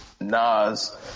Nas